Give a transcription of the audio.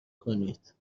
کنید